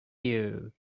you